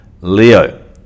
Leo